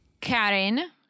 Karen